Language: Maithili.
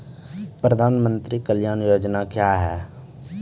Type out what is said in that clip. प्रधानमंत्री कल्याण योजना क्या हैं?